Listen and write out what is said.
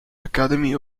academy